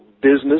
Business